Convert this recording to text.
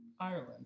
ireland